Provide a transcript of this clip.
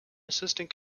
assistant